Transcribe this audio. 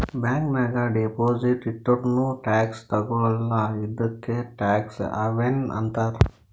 bank ನಾಗ್ deposit ಇಟ್ಟುರ್ನೂ tax ತಗೊಳಲ್ಲ ಇದ್ದುಕೆ ಟ್ಯಾಕ್ಸ್ ಹವೆನ್ ಅಂತಾರ್